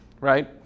right